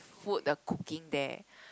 food the cooking there